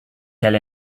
tell